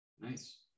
Nice